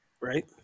Right